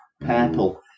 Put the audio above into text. purple